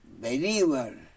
Believer